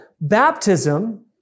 baptism